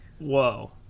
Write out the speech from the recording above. whoa